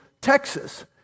Texas